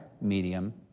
medium